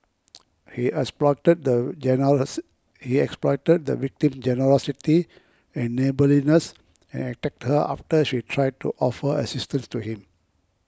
he exploited the generous he exploited the victim's generosity and neighbourliness and attacked her after she tried to offer assistance to him